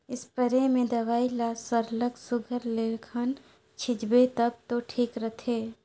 spray में दवई ल सरलग सुग्घर ले घन छींचबे तब दो ठीक रहथे